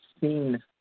seen